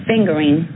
fingering